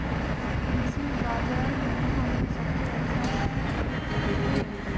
कृषि बाजर में हम सबसे अच्छा कथि खरीद सकींले?